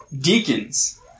Deacons